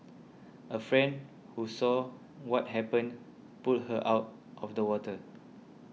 a friend who saw what happened pulled her out of the water